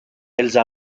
elsa